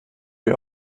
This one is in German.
dir